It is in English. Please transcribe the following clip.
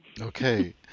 Okay